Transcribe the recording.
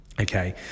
Okay